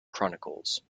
chronicles